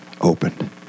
opened